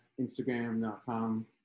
instagram.com